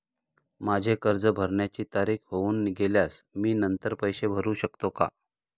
माझे कर्ज भरण्याची तारीख होऊन गेल्यास मी नंतर पैसे भरू शकतो का?